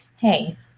hey